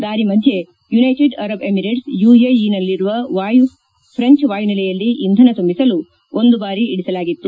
ದಾರಿ ಮಧ್ಯೆ United Arab Emirates ಯುಎಇಯಲ್ಲಿರುವ ಫ್ರೆಂಚ್ವಾಯುನೆಲೆಯಲ್ಲಿ ಇಂಧನ ತುಂಬಿಸಲು ಒಂದು ಬಾರಿ ಇಳಿಸಲಾಗಿತ್ತು